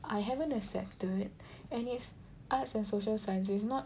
I haven't accepted and it's arts and social sciences it's not